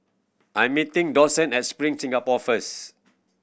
I'm meeting Dawson at Spring Singapore first